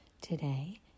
Today